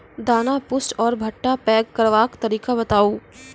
दाना पुष्ट आर भूट्टा पैग करबाक तरीका बताऊ?